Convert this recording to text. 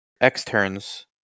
externs